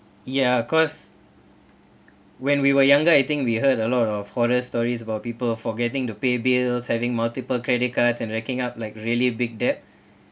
ya cause when we were younger I think we heard a lot of horror stories about people forgetting to pay bills having multiple credit cards and racking up like really big debt